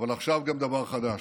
אבל עכשיו גם דבר חדש,